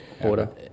order